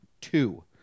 two